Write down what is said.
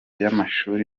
y’amashuri